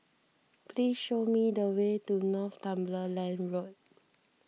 please show me the way to Northumberland Road